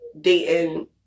dating